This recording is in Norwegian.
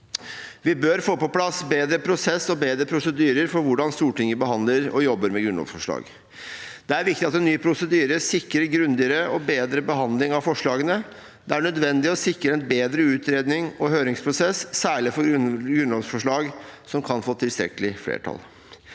Vi bør få på plass en bedre prosess og bedre prosedyrer for hvordan Stortinget behandler og jobber med grunnlovsforslag. Det er viktig at en ny prosedyre sikrer grundigere og bedre behandling av forslagene. Det er nødvendig å sikre en bedre utredning og høringsprosess, særlig for grunnlovsforslag som kan få tilstrekkelig flertall.